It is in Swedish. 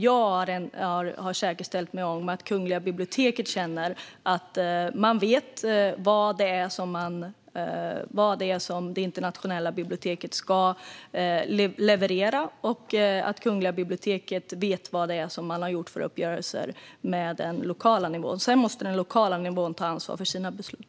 Jag har försäkrat mig om att Kungliga biblioteket vet vad Internationella biblioteket ska leverera och vilka uppgörelser som har gjorts med den lokala nivån. Sedan måste den lokala nivån ta ansvar för sina beslut.